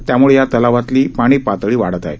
त्यामुळे या तलावातली पाणी पातळी वाढत आहे